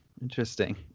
Interesting